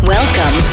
Welcome